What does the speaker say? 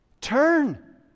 turn